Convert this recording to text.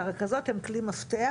והרכזות הן כלי מפתח,